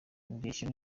indeshyo